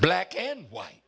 black and white